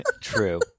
True